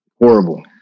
Horrible